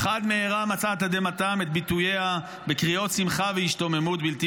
אך עד מהרה מצאה תדהמתם את ביטוייה בקריאות שמחה והשתוממות בלתי